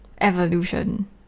evolution